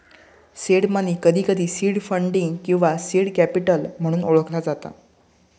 seed money, कधीकधी seed funding किंवा seed capital म्हणून ओळखला जाता